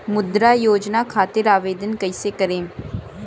मुद्रा योजना खातिर आवेदन कईसे करेम?